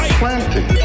planting